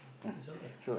is over